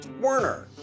Werner